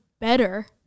better